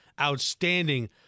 outstanding –